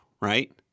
right